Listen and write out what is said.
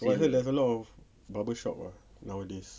I heard there's a lot of barber shop ah nowadays